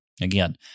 Again